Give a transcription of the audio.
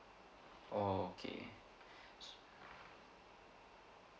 oh okay